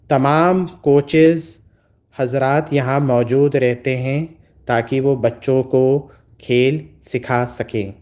تمام کوچیز حضرات یہاں موجود رہتے ہیں تاکہ وہ بچوں کو کھیل سکھا سکیں